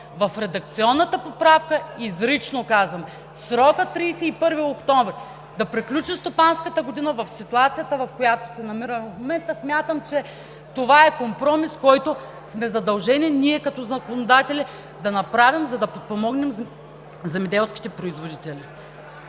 В редакционната поправка изрично казвам – срокът е 31 октомври, да приключи стопанската година в ситуацията, в която се намира в момента. Смятам, че това е компромис, който сме задължени ние като законодатели да направим, за да подпомогнем земеделските производители.